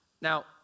now